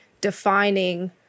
defining